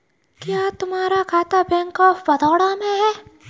क्या तुम्हारा खाता बैंक ऑफ बड़ौदा में है?